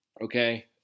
okay